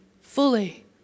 fully